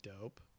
dope